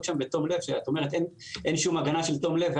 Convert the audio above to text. בתום לב שאת אומרת: אין שום הגנה של תום לב,